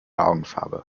augenfarbe